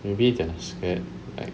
maybe they're scared like